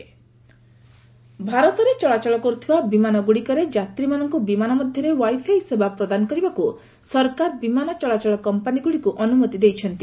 govt airlines ଭାରତରେ ଚଳାଚଳ କରୁଥିବା ବିମାନ ଗୁଡ଼ିକରେ ଯାତ୍ରୀମାନଙ୍କୁ ବିମାନ ମଧ୍ୟରେ ୱାଇଫାଇ ସେବା ପ୍ରଦାନ କରିବାକୁ ସରକାର ବିମାନ ଚଳାଚଳ କମ୍ପାନୀଗୁଡ଼ିକୁ ଅନୁମତି ଦେଇଛନ୍ତି